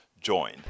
join